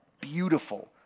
beautiful